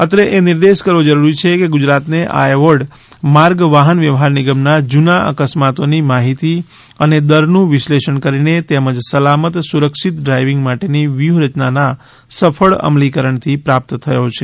અત્રે એ નિર્દેશ કરવો જરૂરી છે કે ગુજરાતને આ એવોર્ડ માર્ગ વાહન વ્યવહાર નિગમોના જૂના અકસ્માતોની માહિતી અને દરનું વિશ્લેષણ કરીને તેમજ સલામત સુરક્ષિત ડ્રાયવીંગ માટેની વ્યૂહ રચનાના સફળ અમલીકરણથી પ્રાપ્ત થયો છે